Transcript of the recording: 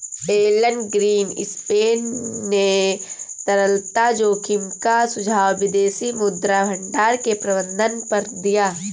Elon Greenspan ने तरलता जोखिम का सुझाव विदेशी मुद्रा भंडार के प्रबंधन पर दिया